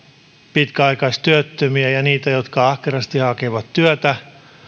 pitkäaikaistyöttömiä ja niitä jotka ahkerasti hakevat työtä